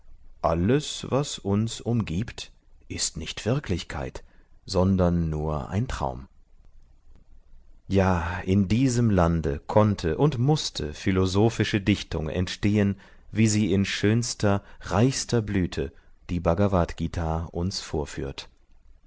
alles was uns umgibt ist nicht wirklichkeit sondern nur ein traum ja in diesem lande konnte und mußte philosophische dichtung entstehen wie sie in schönster reichster blüte die bhagavadgt uns vorführt